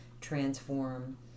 transform